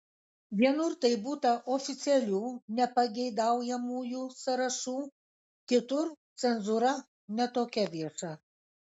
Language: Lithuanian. vienur tai būta oficialių nepageidaujamųjų sąrašų kitur cenzūra ne tokia vieša